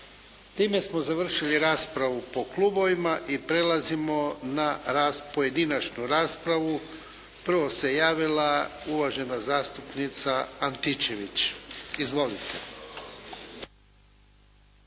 Time smo završili raspravu po klubovima i prelazimo na pojedinačnu raspravu. Prvo se javila uvažena zastupnica Antičević. Izvolite!